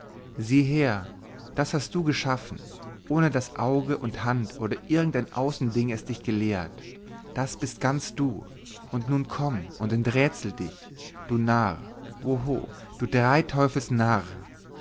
sieh her das hast du geschaffen ohne daß auge oder hand oder irgend ein außending es dich gelehrt das bist ganz du nun komm und enträtsele dich du narr oho du dreiteufelsnarr dann